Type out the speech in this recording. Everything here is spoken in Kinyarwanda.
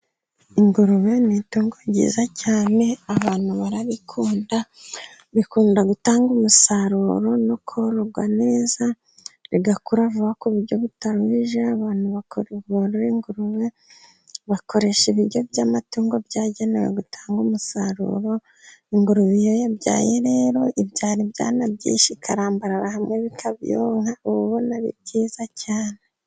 Ingurube ni itungo ryiza cyane, abantu bararikunda, rikunda gutanga umusaruro no kororwa neza, rigakura vuba ku buryo butaruhije, abantu borora ingurube, bakoresha ibiryo by'amatungo byagenewe gutanga umusaruro, ingurube iyo yabyaye rero, ibyara ibyana byinshi ikarambarara hamwe bikayonka uba ubona ari byiza cyane.